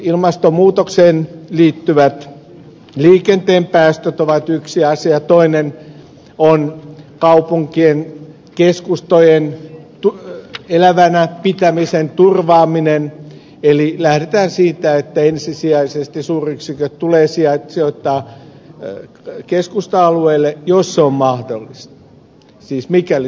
ilmastonmuutokseen liittyvät liikenteen päästöt ovat yksi asia ja toinen on kaupunkien keskustojen elävänä pitämisen turvaaminen eli lähdetään siitä että ensisijaisesti suuryksiköt tulee sijoittaa keskusta alueille jos se on mahdollista siis mikäli se on mahdollista